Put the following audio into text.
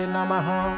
Namaha